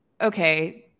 okay